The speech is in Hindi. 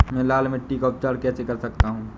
मैं लाल मिट्टी का उपचार कैसे कर सकता हूँ?